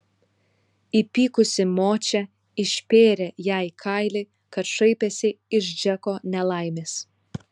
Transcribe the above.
įpykusi močia išpėrė jai kailį kad šaipėsi iš džeko nelaimės